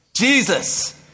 Jesus